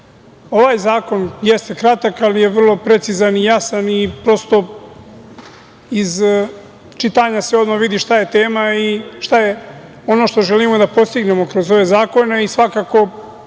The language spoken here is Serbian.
zakon jeste kratak, ali je vrlo precizan i jasan i, prosto, iz čitanja se odmah vidi šta je tema i šta je ono što želimo da postignemo kroz ove zakone i svakako